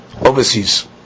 overseas